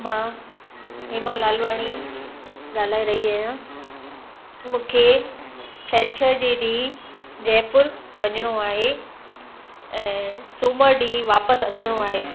मां हेमा लालवाणी ॻाल्हाए रही आहियां मुखे छंछरु जे ॾींहुुं जयपुर वञिणो आहे ऐं सूमरु ॾींहुुं वापिसि अचिणो आहे